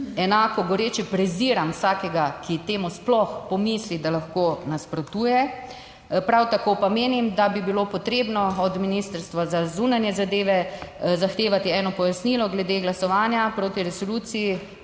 enako goreče preziram vsakega, ki sploh pomisli, da lahko temu nasprotuje. Prav tako pa menim, da bi bilo potrebno od Ministrstva za zunanje zadeve zahtevati pojasnilo glede glasovanja proti Resoluciji